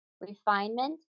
Refinement